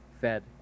fed